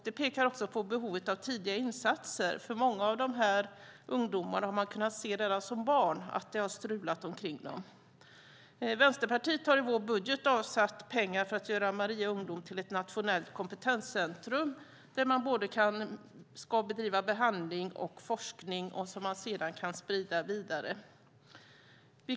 Det pekar också på behovet av tidiga insatser. Man har kunnat se att det har strulat kring de här ungdomarna redan när de var barn. I vår budget har vi i Vänsterpartiet avsatt pengar för att göra Maria Ungdom till ett nationellt kompetenscentrum där man ska bedriva både behandling och forskning som man sedan kan sprida vidare.